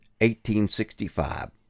1865